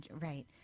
right